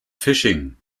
fishing